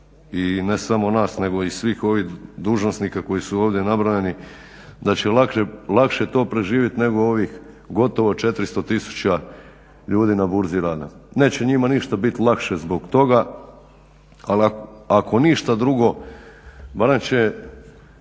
i ne samo nas nego i svih ovih dužnosnika koji su ovdje nabrojani da će lakše to preživjeti nego ovih gotovo 400 tisuća ljudi na Burzi rada. Neće njima ništa biti lakše zbog toga ali ako ništa drugo barem će